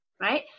right